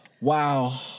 Wow